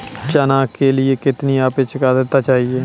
चना के लिए कितनी आपेक्षिक आद्रता चाहिए?